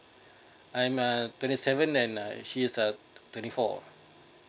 I'm uh twenty seven and uh she is uh twenty four